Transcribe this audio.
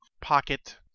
pocket